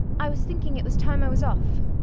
i was thinking it was time i was off.